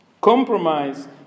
compromise